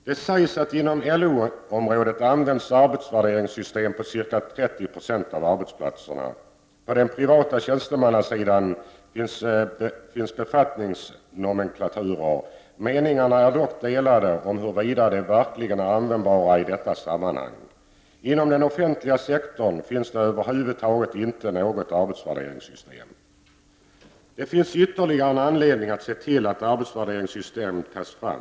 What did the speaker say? Det sägs att arbetsvärderingssystem används på ca 30 90 av arbetsplatserna inom LO-området. På den privata tjänstemannasidan finns befattningsnomenklaturer. Meningarna är dock delade om huruvida de verkligen är användbara i detta sammanhang. Inom den offentliga sektorn finns det över huvud taget inte något arbetsvärderingssystem. Det finns ytterligare en anledning att se till att ett arbetsvärderingssystem tas fram.